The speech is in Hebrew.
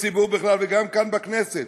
בציבור בכלל וגם כאן בכנסת,